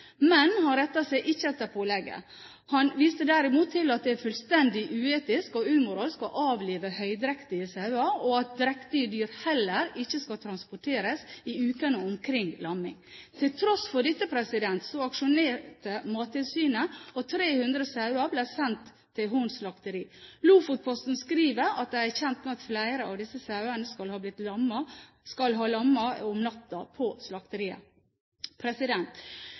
men han rettet seg ikke etter pålegget. Han viste derimot til at det er fullstendig uetisk og umoralsk å avlive høydrektige sauer, og at drektige dyr heller ikke skal transporteres i ukene omkring lamming. Til tross for dette aksjonerte Mattilsynet, og 300 sauer ble sendt til Horns Slakteri. Lofotposten skriver at de er kjent med at flere av disse sauene skal ha lammet om natten på slakteriet.